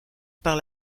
par